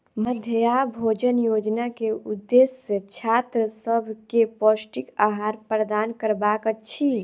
मध्याह्न भोजन योजना के उदेश्य छात्र सभ के पौष्टिक आहार प्रदान करबाक अछि